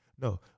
No